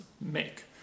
make